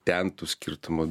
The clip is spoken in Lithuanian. ten tų skirtumų